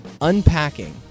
unpacking